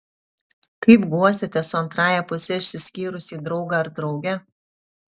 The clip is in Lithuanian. kaip guosite su antrąja puse išsiskyrusį draugą ar draugę